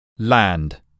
land